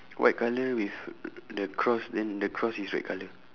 white colour with the cross then the cross is red colour